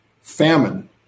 Famine